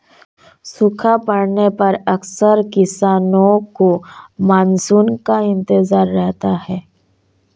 सूखा पड़ने पर अक्सर किसानों को मानसून का इंतजार रहता है